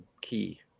key